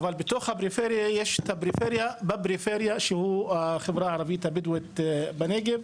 אבל בתוך הפריפריה יש את הפריפריה שהיא החברה הערבית הבדואית בנגב,